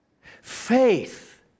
Faith